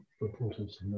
reporters